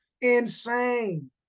Insane